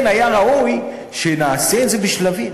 לכן היה ראוי שנעשה את זה בשלבים.